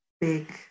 big